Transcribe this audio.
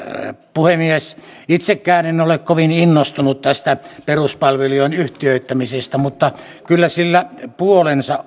puhemies itsekään en ole kovin innostunut tästä peruspalvelujen yhtiöittämisestä mutta kyllä sillä puolensa